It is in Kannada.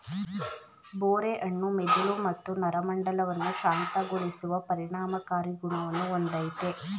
ಬೋರೆ ಹಣ್ಣು ಮೆದುಳು ಮತ್ತು ನರಮಂಡಲವನ್ನು ಶಾಂತಗೊಳಿಸುವ ಪರಿಣಾಮಕಾರಿ ಗುಣವನ್ನು ಹೊಂದಯ್ತೆ